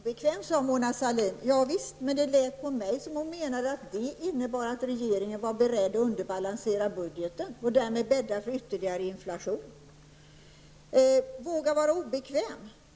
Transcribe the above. Herr talman! Man måste våga vara obekväm, sade Mona Sahlin. Javisst, men det lät som om hon menade att regeringen var beredd att underbalansera budgeten och därmed bädda för ytterligare inflation. Våga vara obekväm?